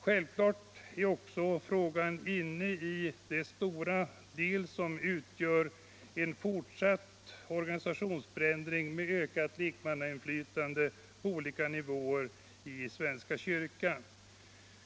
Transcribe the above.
Självklart ingår detta också i den stora organisationsförändringen med ökat lekmannainflytande på olika nivåer i svenska kyrkan.